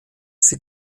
sie